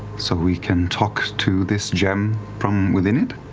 so we can talk to this gem from within it?